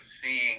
seeing